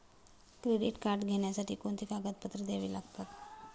Credit card घेण्यासाठी कोणती कागदपत्रे घ्यावी लागतात?